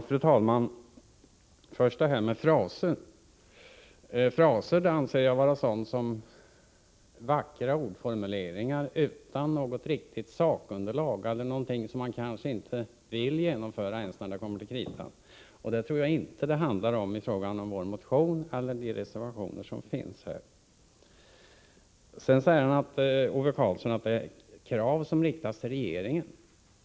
Fru talman! Först vill jag ta upp uttalandet om fraser. Med fraser brukar avses vackra ordformuleringar utan något riktigt sakunderlag eller någonting som man när det kommer till kritan kanske inte ens vill genomföra. Det tror jag inte att det handlar om i fråga om vår motion eller de reservationer som nu är aktuella. Ove Karlsson säger att det riktas krav till regeringen.